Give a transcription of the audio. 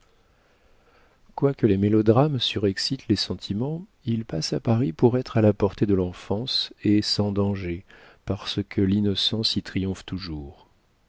quoique les mélodrames surexcitent les sentiments ils passent à paris pour être à la portée de l'enfance et sans danger parce que l'innocence y triomphe toujours